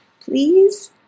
please